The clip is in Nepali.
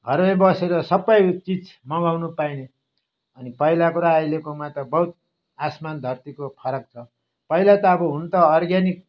घरमै बसेर सबै चिज मगाउनु पाइने अनि पहिलाको र अहिलेकोमा त बहुत आसमान धर्तीको फरक छ पहिला त अब हुनु त अर्ग्यानिक